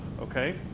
okay